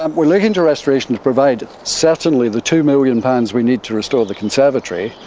um we're looking to restoration to provide certainly the two million pounds we need to restore the conservatory,